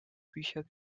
bücher